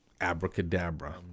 abracadabra